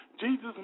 Jesus